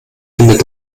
findet